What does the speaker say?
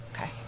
Okay